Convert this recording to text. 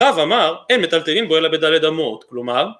אב אמר אין מטלטלים בו אלא בדלת אמות, כלומר